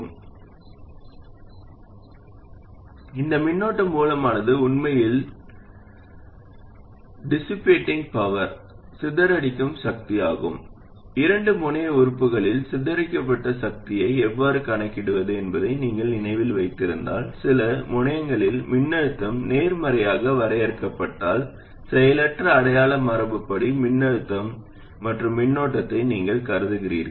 புள்ளி என்னவென்றால் இந்த மின்னோட்ட மூலமானது உண்மையில் சிதறடிக்கும் சக்தியாகும் இரண்டு முனைய உறுப்புகளில் சிதறடிக்கப்பட்ட சக்தியை எவ்வாறு கணக்கிடுவது என்பதை நீங்கள் நினைவில் வைத்திருந்தால் சில முனையங்களில் மின்னழுத்தம் நேர்மறையாக வரையறுக்கப்பட்டால் செயலற்ற அடையாள மரபுப்படி மின்னழுத்தம் மற்றும் மின்னோட்டத்தை நீங்கள் கருதுகிறீர்கள்